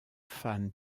fan